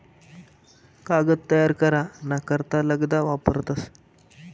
कागद तयार करा ना करता लगदा वापरतस